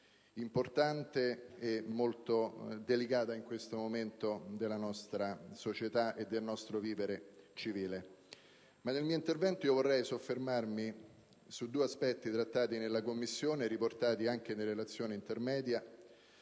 importante e molto delicata nell'ambito della nostra società e del nostro vivere civile. Nel mio intervento vorrei soffermarmi su due aspetti trattati nella Commissione e riportati anche nella relazione intermedia,